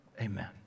amen